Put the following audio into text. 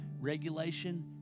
regulation